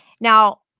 Now